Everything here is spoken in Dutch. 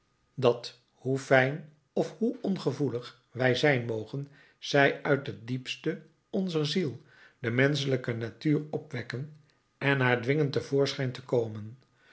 dat hoe fijn of hoe ongevoelig wij zijn mogen zij uit het diepste onzer ziel de menschelijke natuur opwekken en haar dwingen te voorschijn te komen